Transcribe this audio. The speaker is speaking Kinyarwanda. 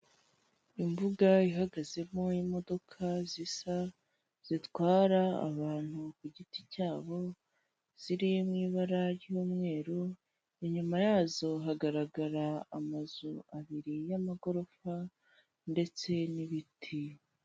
Imbuga ihagazemo imodoka zisa zitwara abantu ku giti cyabo ziri mu ibara ry'umweru, inyuma yazo hagaragara amazu abiri y'amagorofa ndetse n'ibiti.